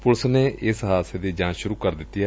police ਨੇ ਇਸ ਹਾਦਸੇ ਦੀ ਜਾਂਚ ਸੁਰੁ ਕਰ ਦਿੱਤੀ ਏ